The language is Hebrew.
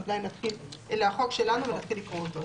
אני אתחיל לקרוא אותו.